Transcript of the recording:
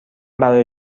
برای